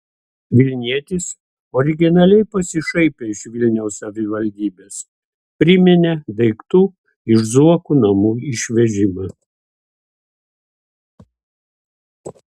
vilnietis originaliai pasišaipė iš vilniaus savivaldybės priminė daiktų iš zuokų namų išvežimą